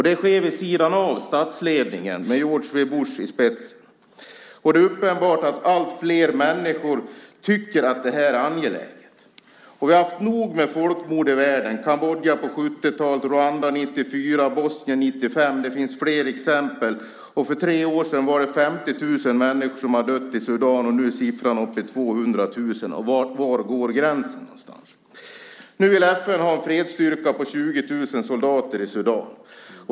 Det sker vid sidan av statsledningen med George W Bush i spetsen. Det är uppenbart att allt fler människor tycker att det här är angeläget. Vi har haft nog med folkmord i världen - Kambodja på 70-talet, Rwanda 1994 och Bosnien 1995. Det finns fler exempel. För tre år sedan var det 50 000 människor som hade dött i Sudan. Nu är siffran uppe i 200 000. Var går gränsen? Nu vill FN ha en fredsstyrka på 20 000 soldater i Sudan.